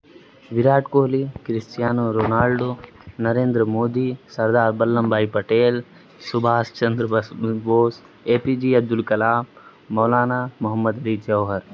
Virat Kohli Cristiano Ronaldo Narendra Modi Sardar Vallabh bhai Patel سبھاس Chandra Bose Bose A P J Abdul Kalam Maulana Mohammad Ali Johar